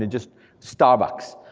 and just starbucks,